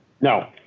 No